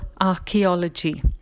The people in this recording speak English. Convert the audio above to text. archaeology